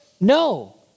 No